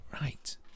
Right